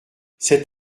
cet